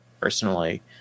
personally